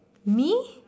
me